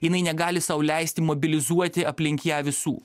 jinai negali sau leisti mobilizuoti aplink ją visų